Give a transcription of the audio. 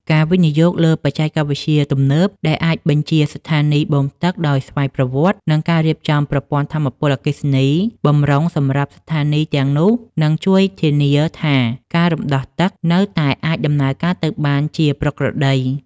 ការវិនិយោគលើបច្ចេកវិទ្យាទំនើបដែលអាចបញ្ជាស្ថានីយបូមទឹកដោយស្វ័យប្រវត្តិ និងការរៀបចំប្រព័ន្ធថាមពលអគ្គិសនីបម្រុងសម្រាប់ស្ថានីយទាំងនោះ នឹងជួយធានាថាការរំដោះទឹកនៅតែអាចដំណើរការទៅបានជាប្រក្រតី។